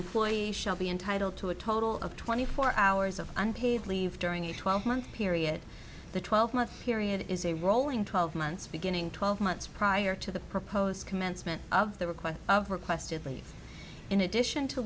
employee shall be entitled to a total of twenty four hours of unpaid leave during the twelve month period the twelve month period is a rolling twelve months beginning twelve months prior to the proposed commencement of the request of requested leave in addition to